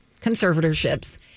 conservatorships